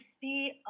see